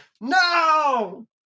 no